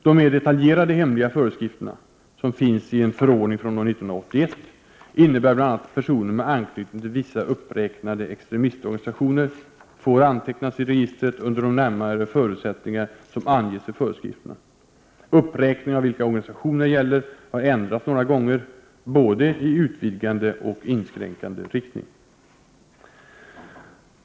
De mer detaljerade hemliga föreskrifterna — som finns i en förordning från år 1981 — innebär bl.a. att personer med anknytning till vissa uppräknade extremistorganisationer får antecknas i registret under de närmare förutsättningar som anges i föreskrifterna. Uppräkningen av vilka organisationer det gäller har ändrats några gånger, i både utvidgande och inskränkande riktning.